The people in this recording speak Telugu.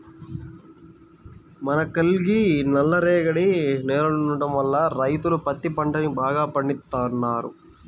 మనకల్లి నల్లరేగడి నేలలుండటం వల్ల రైతులు పత్తి పంటని బాగా పండిత్తన్నారు